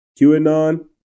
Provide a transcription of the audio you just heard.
QAnon